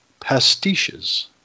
pastiches